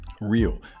real